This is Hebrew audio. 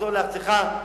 תחזור לארצך,